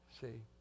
See